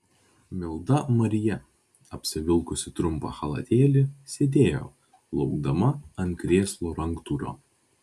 milda marija apsivilkusi trumpą chalatėlį sėdėjo laukdama ant krėslo ranktūrio